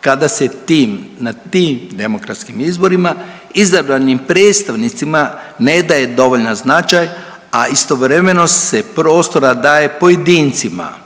kada se tim na tim demokratskim izborima izabranim predstavnicima ne daje dovoljan značaj, a istovremeno se prostora daje pojedincima